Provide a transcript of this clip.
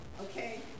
okay